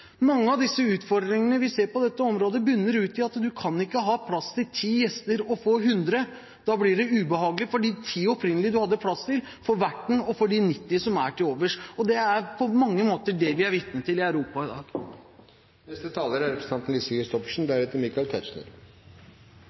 Mange av de utfordringene vi ser på dette området, munner ut i at man kan ikke ha plass til ti gjester og få hundre. Da blir det ubehagelig for de ti man opprinnelig hadde plass til, for verten og for de nitti som er til overs. Det er på mange måter det vi er vitne til i Europa i dag. Det er egentlig en kommentar både til Keshvari og Tetzschner.